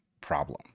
problem